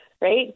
right